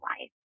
life